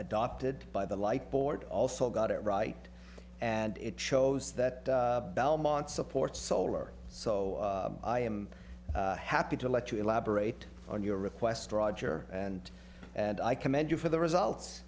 adopted by the light board also got it right and it shows that belmont supports solar so i am happy to let you elaborate on your request roger and and i commend you for the results